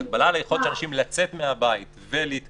הגבלה על היכולת של אנשים לצאת מהבית ולהתקהל,